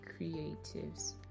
creatives